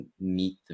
meet